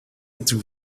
into